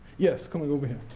yes, come on over here.